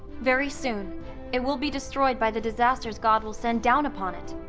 very soon it will be destroyed by the disasters god will send down upon it.